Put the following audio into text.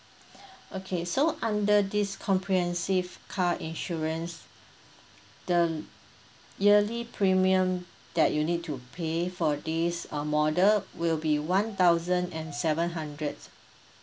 okay so under this comprehensive car insurance the yearly premium that you need to pay for this uh model will be one thousand and seven hundred